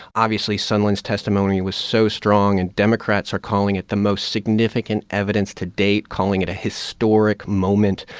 obviously, sondland's testimony was so strong, and democrats are calling it the most significant evidence to date, calling it a historic moment.